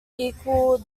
equal